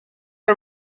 are